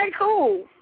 cool